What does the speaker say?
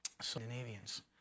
Scandinavians